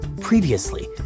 Previously